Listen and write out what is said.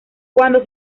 cuando